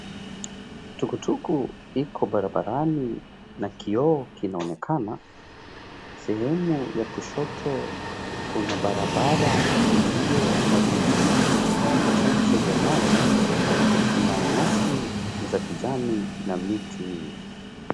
Tukutuku iko barabarani na kioo kinaonekana. Sehemu ya kushoto kuna barabara iliyo na vidimbwi vichache vya maji. Kuna nyasi za kijani na miti mingi.